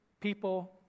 people